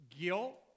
guilt